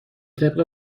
طبق